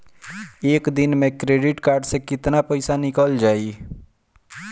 एक दिन मे क्रेडिट कार्ड से कितना पैसा निकल जाई?